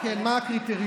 כן, כי מה הקריטריון?